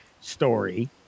story